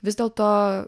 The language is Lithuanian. vis dėlto